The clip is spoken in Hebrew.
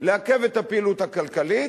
לעכב את הפעילות הכלכלית,